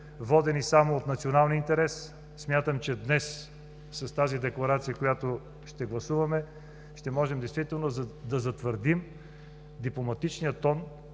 водени само от националния интерес, смятам, че днес с декларацията, която ще гласуваме, ще можем действително да затвърдим дипломатичния тон,